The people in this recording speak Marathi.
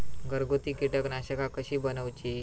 घरगुती कीटकनाशका कशी बनवूची?